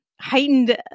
heightened